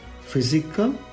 physical